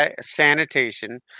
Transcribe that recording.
sanitation